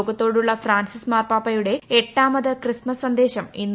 ലോകത്തോടുള്ള Francis മാർപ്പാപ്പയുടെ എട്ടാമത് Christmas സന്ദേശം ഇന്നുണ്ടാകും